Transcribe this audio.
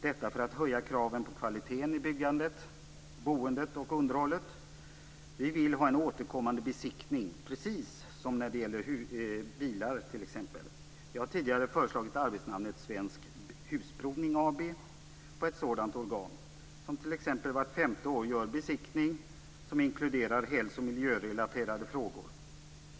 Detta gör vi för att höja kraven på kvalitet i byggandet, boendet och underhållet. Vi vill ha en återkommande besiktning precis som när det gäller exempelvis bilar. Jag har tidigare föreslagit arbetsnamnet Svensk husprovning AB på ett sådant organ. Det skulle t.ex. vart femte år göra en besiktning som skulle inkludera hälso och miljörelaterade frågor.